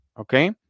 Okay